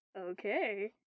okay